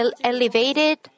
elevated